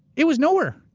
it was nowhere.